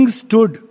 stood